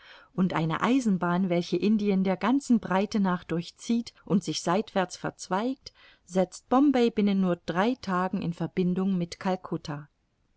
und eine eisenbahn welche indien der ganzen breite nach durchzieht und sich seitwärts verzweigt setzt bombay binnen nur drei tagen in verbindung mit calcutta